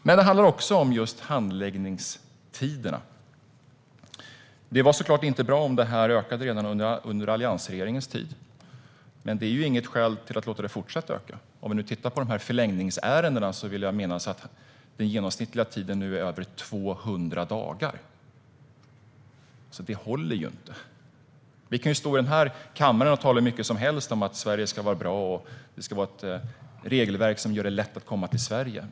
Men det handlar också om handläggningstiderna. Det var såklart inte bra om de ökade redan under alliansregeringens tid. Men det är inget skäl till att låta dem fortsätta öka. Vi kan titta på förlängningsärendena. Jag vill minnas att den genomsnittliga tiden nu är över 200 dagar. Det håller inte. Vi kan stå i kammaren och tala hur mycket som helst om att Sverige ska vara bra och att det ska vara ett regelverk som gör det att lätt att komma till Sverige.